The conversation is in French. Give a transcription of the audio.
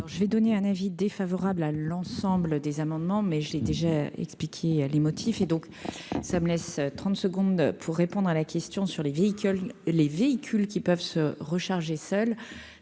je vais donner un avis défavorable à l'ensemble des amendements mais j'ai déjà expliqué les motifs et donc ça me laisse 30 secondes pour répondre à la question sur les véhicules, les véhicules qui peuvent se recharger seul